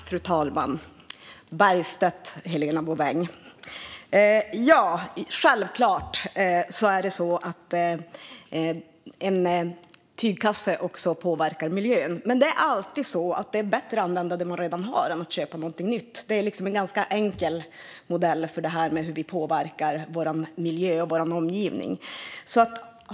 Fru talman! Självklart påverkar en tygkasse också miljön. Men det är alltid bättre att använda det man redan har än att köpa något nytt. Det är en enkel modell för hur vi påverkar vår miljö och vår omgivning.